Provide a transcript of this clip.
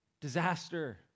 disaster